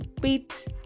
beat